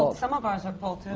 some of ours are pulled,